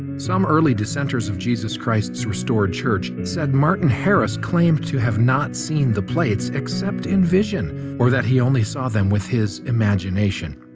some early dissenters of jesus christ's restored church said martin harris claimed to have not seen the plates except in vision or that he only saw them with his imagination.